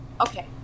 okay